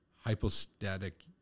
hypostatic